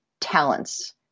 talents